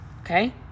Okay